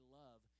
love